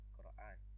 Quran